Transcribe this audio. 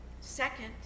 Second